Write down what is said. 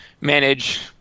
manage